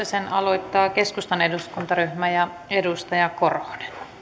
sen aloittaa keskustan eduskuntaryhmä ja edustaja korhonen